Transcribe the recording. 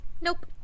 Nope